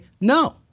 No